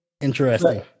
Interesting